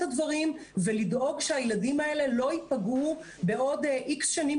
הדברים ולדאוג שהילדים האלה לא ייפגעו בעוד X שנים,